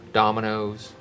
dominoes